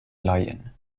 laien